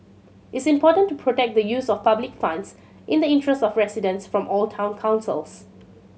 is important to protect the use of public funds in the interest of residents from all town councils